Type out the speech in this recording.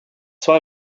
zwei